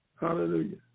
Hallelujah